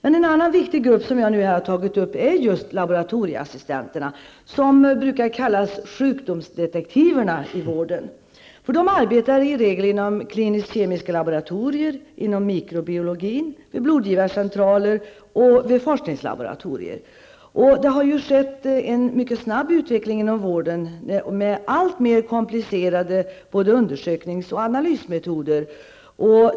En annan viktig grupp som jag har tagit upp är just laboratorieassistenterna, som inom vården brukar kallas sjukdomsdetektiverna. Laboratorieassistenterna arbetar i regel inom klinisk-kemiska laboratorier, inom mikrobiologi, vid blodgivarcentraler och vid forskningslaboratorier. Det har ju skett en mycket snabb utveckling inom vården med alltmer komplicerade både undersöknings och analysmetoder.